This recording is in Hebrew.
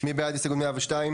מי בעד הסתייגות 102?